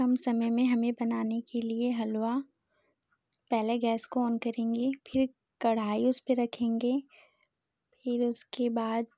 कम समय में हमें बनाने के लिए हलवा पहले गैस को ऑन करेंगे फिर कड़ाही उसपर रखेंगे फिर उसके बाद